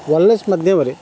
wireless ମାଧ୍ୟମରେ